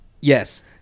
Yes